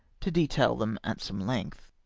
to detail them at some length.